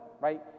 right